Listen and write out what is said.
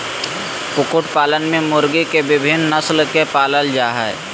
कुकुट पालन में मुर्गी के विविन्न नस्ल के पालल जा हई